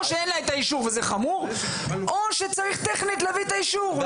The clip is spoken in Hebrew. או שאין לה את האישור וזה חמור או שצריך טכנית להביא את האישור.